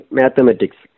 mathematics